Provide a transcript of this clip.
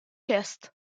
cast